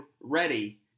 READY